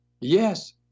yes